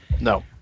No